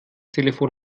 telefon